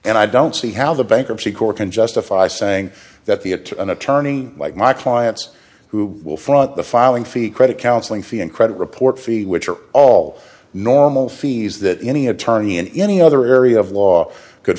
and i don't see how the bankruptcy court can justify saying that the it to an attorney like my clients who will front the filing fee credit counseling fee and credit report fee which are all normal fees that any attorney and any other area of law